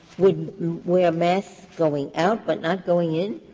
would wear masks going out but not going in?